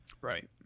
Right